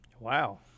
Wow